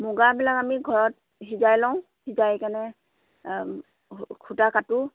মুগাবিলাক আমি ঘৰত সিজাই লওঁ সিজাইকেনে সূতা কাটো